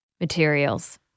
materials